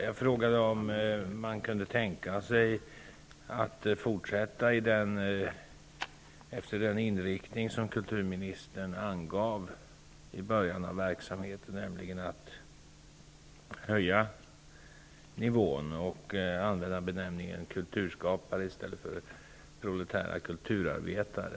Jag frågade om man kunde tänka sig att fortsätta med den inriktning som kulturministern angav i början av verksamheten. Det handlar alltså om att höja nivån och att använda benämningen kulturskapare i stället för benämningen proletära kulturarbetare.